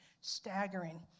staggering